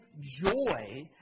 joy